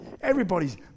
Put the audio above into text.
Everybody's